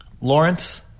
Lawrence